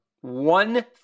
one